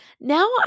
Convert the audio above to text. now